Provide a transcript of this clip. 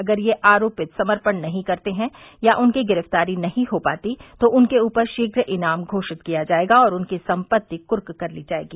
अगर ये आरोपित समपर्ण नहीं करते हैं या उनकी गिरफ्तारी नहीं हो पाती तो उनके ऊपर शीघ्र ईनाम घोषित किया जायेगा और उनकी सम्पत्ति क्र्क कर ली जायेगी